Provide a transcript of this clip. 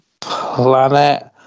planet